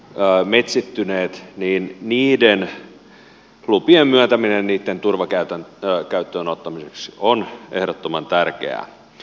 lupien myöntäminen esimerkiksi näiden ojitetuiden soiden mitkä ovat jo metsittyneet turvekäyttöön ottamiseksi on ehdottoman tärkeää